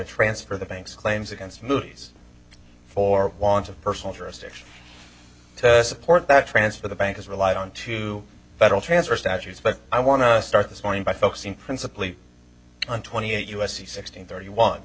transfer the bank's claims against moody's for want of personal jurisdiction to support that transfer the bank has relied on two federal transfer statutes but i want to start this morning by focusing principally on twenty eight u s c sixteen thirty one